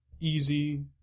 easy